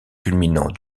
culminant